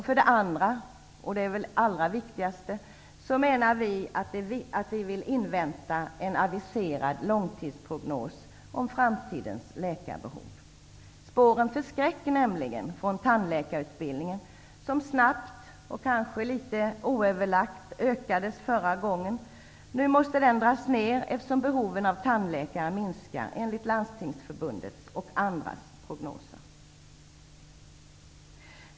För det andra -- och det är nog det viktigaste skälet -- vill vi invänta en aviserad långtidsprognos beträffande framtidens läkarbehov. Det är nämligen så att spåren från tandläkarutbildningen förskräcker, vilken snabbt och kanske oöverlagt utökades förra gången. Nu måste den utbildningen dras ner, eftersom behovet av tandläkare minskar enligt bl.a.